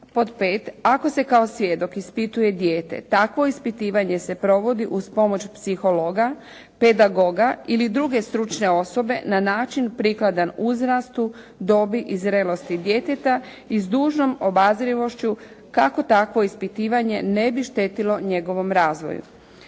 5. Ako se kao svjedok ispituje dijete, takvo ispitivanje se provodi uz pomoć psihologa, pedagoga ili druge stručne osobe na način prikladan uzrastu, dobi i zrelosti djeteta i s dužnom obazrivošću kako takvo ispitivanje ne bi štetilo njegovom razvoju.